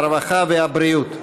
הרווחה והבריאות.